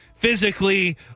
physically